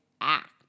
act